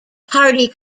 party